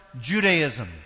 Judaism